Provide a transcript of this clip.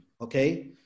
okay